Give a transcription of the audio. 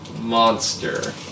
monster